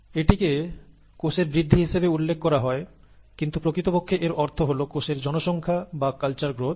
এটিকে কোষের বৃদ্ধি হিসেবে উল্লেখ করা হয় কিন্তু প্রকৃতপক্ষে এর অর্থ হল কোষের জনসংখ্যা বা কালচার গ্রোথ